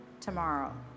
tomorrow